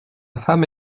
femme